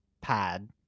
pad